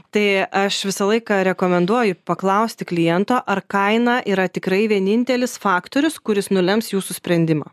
tai aš visą laiką rekomenduoju paklausti kliento ar kaina yra tikrai vienintelis faktorius kuris nulems jūsų sprendimą